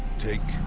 take.